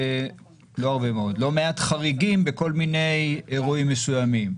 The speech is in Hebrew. לא מעט חריגים בכל מיני אירועים מסוימים.